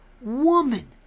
woman